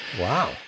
Wow